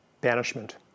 banishment